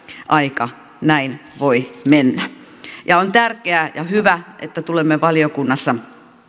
aika näin voi mennä on tärkeää ja hyvä että tulemme valiokunnassa